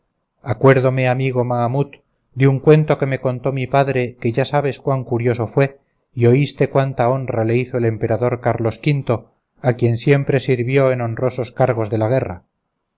mahamut acuérdome amigo mahamut de un cuento que me contó mi padre que ya sabes cuán curioso fue y oíste cuánta honra le hizo el emperador carlos quinto a quien siempre sirvió en honrosos cargos de la guerra